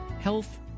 health